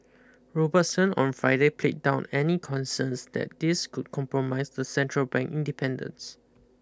Robertson on Friday played down any concerns that this could compromise the central bank independence